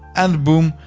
and boom.